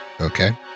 Okay